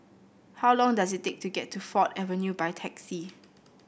how long does it take to get to Ford Avenue by taxi